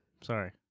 Sorry